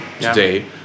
today